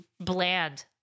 bland